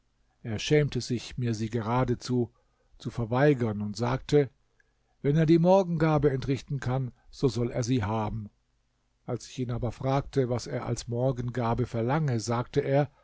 er schämte sich mir sie geradezu zu verweigern und sagte wenn er die morgengabe entrichten kann so soll er sie haben als ich ihn aber fragte was er als morgengabe verlange sagte er